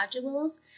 modules